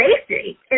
safety